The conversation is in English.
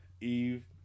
Eve